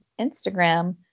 Instagram